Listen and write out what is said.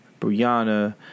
Brianna